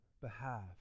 behalf